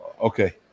okay